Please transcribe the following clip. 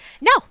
No